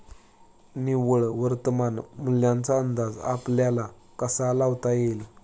निव्वळ वर्तमान मूल्याचा अंदाज आपल्याला कसा लावता येईल?